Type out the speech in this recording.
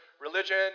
religion